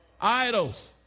Idols